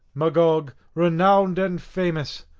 magog, renowned and famous!